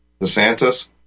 DeSantis